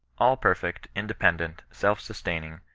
all-perfect, independent, self-sustaining,